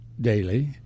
daily